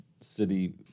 city